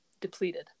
depleted